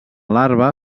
larva